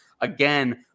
Again